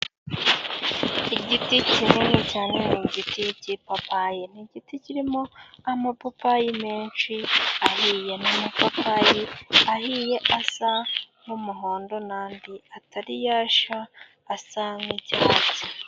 Igiti kinini cyane ni igiti cy'ipapayi ni igiti kirimo amapapayi menshi ahiye, ni amapapayi ahiye asa nk'umuhondo n'andi atari yashya asa nk'icyatsi.